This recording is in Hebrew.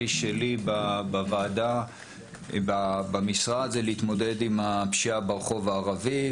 שלי במשרד זה להתמודד עם הפשיעה ברחוב הערבי,